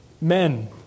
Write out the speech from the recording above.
Men